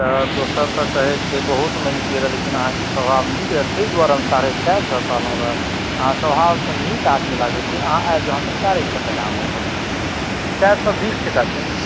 तऽ दोसरके कहै छियै बहुत माँतिए रऽ लेकिन अहाँकेॅं स्वभाव नीक रहै ताहि दुआरे हम साढ़े चारि सए कहलहुँ रऽ अहाँ स्वभावसँ नीक आदमी लागै छी अहाँ आबि जाउ अहाँकेँ हम चारि सए टकामे घुमा देब चारि सए बीस टका दए देब